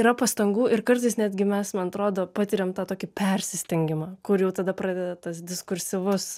yra pastangų ir kartais netgi mes man atrodo patiriam tą tokį persistengimą kur jau tada pradeda tas diskursyvus